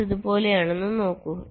ഇത് ഇതുപോലെയാണെന്ന് നോക്കൂ